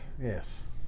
Yes